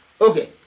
Okay